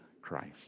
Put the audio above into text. Christ